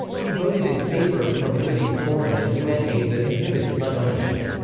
he voted in favor of prohibiting foreign and un aid that inhibits gun ownership.